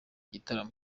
gitaramo